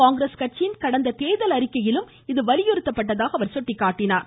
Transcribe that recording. காங்கிரஸ் கட்சியின் கடந்த தேர்தல் அறிக்கையிலும் இது வலியுறுத்தப்பட்டதாக அவர் சுட்டிக்காட்டினார்